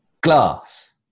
Glass